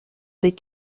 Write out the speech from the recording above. des